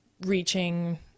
reaching